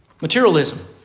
Materialism